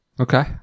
okay